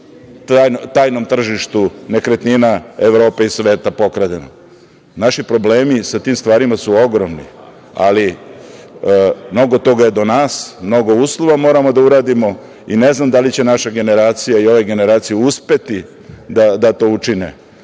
na tajnom tržištu nekretnina Evrope i sveta pokradena. Naši problemi sa tim stvarima su ogromni, ali mnogo toga je do nas, mnogo uslova moramo da uradimo i ne znam da li će naša generacija i ove generacije uspeti da to učine. Kada